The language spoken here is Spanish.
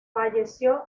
falleció